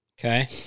Okay